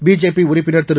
BJP உறுப்பினர் திரு